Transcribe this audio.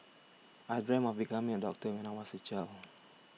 I dreamt of becoming a doctor when I was a child